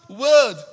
word